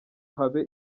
habe